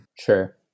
Sure